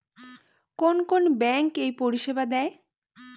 কোন কোন ব্যাঙ্ক এই পরিষেবা দেয়?